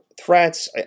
threats